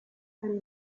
and